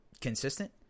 consistent